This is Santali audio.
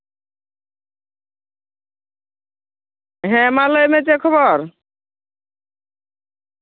ᱦᱮᱸᱢᱟ ᱞᱟᱹᱭ ᱢᱮ ᱪᱮᱫ ᱠᱷᱚᱵᱚᱨ